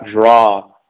draw